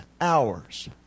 hours